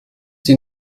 die